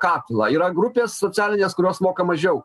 kaklą yra grupė socialinės kurios moka mažiau